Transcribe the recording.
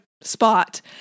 spot